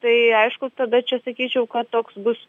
tai aišku tada čia sakyčiau kad toks bus